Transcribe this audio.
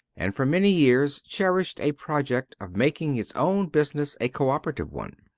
and for many years cherished a project of making his own business a cooperative one.